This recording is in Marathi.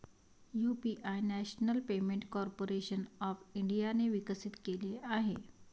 UPI National Payment Corporation of इंडियाने विकसित केले आहे